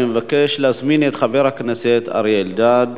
אני מבקש להזמין את חבר הכנסת אריה אלדד.